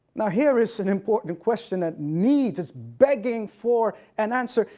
now here is an important question that needs, is begging for an answer.